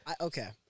Okay